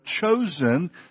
chosen